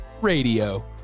radio